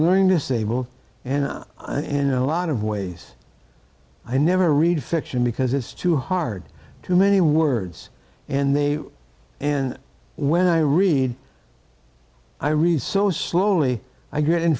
learning disabled and in a lot of ways i never read fiction because it's too hard too many words and they and when i read i read so slowly i get in